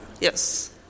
Yes